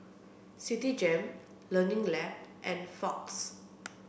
Citigem Learning Lab and Fox